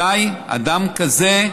אזיי אדם כזה,